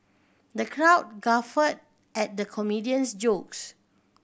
the crowd guffawed at the comedian's jokes